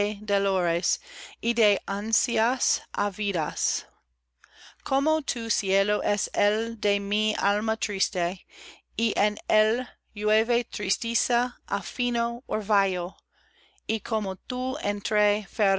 y de ansias ávidas como tu cielo es el de mi alma triste y en él llueve tristeza á fino orvallo y como tú